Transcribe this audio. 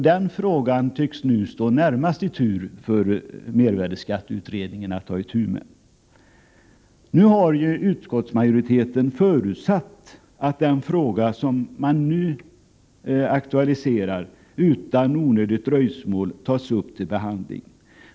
Den frågan tycks nu stå närmast i tur för mervärdeskatteutredningens överväganden. Utskottsmajoriteten har förutsatt att den fråga som nu aktualiserats utan onödigt dröjsmål tas upp till behandling.